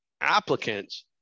applicants